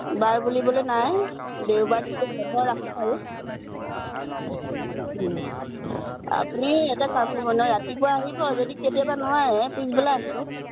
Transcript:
বাৰ বুলিবলৈ নাই দেওবাৰ দিনটোত বন্ধ ৰাখোঁ আৰু আপুনি এটা কাম কৰিব নহয় ৰাতিপুৱা আহিব যদি কেতিয়াবা নোৱাৰে পিছবেলা আহিব